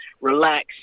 relax